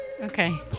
Okay